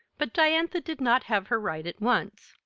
but diantha did not have her ride at once.